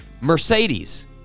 Mercedes